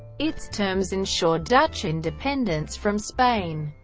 its terms ensured dutch independence from spain,